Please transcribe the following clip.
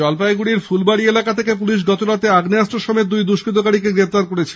জলপাইগুড়ির ফুলবাড়ি এলাকা থেকে পুলিশ গতরাতে আগ্নেয়াস্ত্র সহ দুই দুষ্কতীকে গ্রেপ্তার করেছে